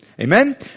Amen